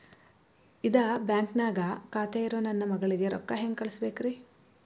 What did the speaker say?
ಇದ ಬ್ಯಾಂಕ್ ನ್ಯಾಗ್ ಖಾತೆ ಇರೋ ನನ್ನ ಮಗಳಿಗೆ ರೊಕ್ಕ ಹೆಂಗ್ ಕಳಸಬೇಕ್ರಿ?